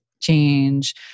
change